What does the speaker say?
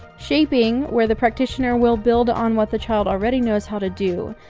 shaping, where the practitioner will build on what the child already knows how to do.